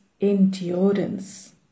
endurance